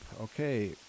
Okay